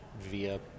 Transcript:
via